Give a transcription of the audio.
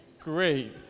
great